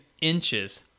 inches